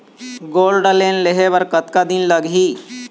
Gold loan लेहे बर कतका दिन लगही?